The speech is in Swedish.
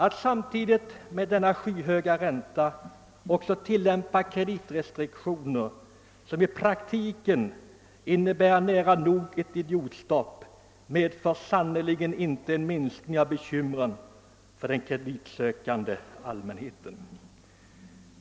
Att samtidigt med denna skyhöga ränta också tillämpa kreditrestriktioner, som i praktiken innebär nära nog ett »idiotstopp», minskar sannerligen inte bekymren för den kreditsökande allmänheten.